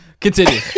continue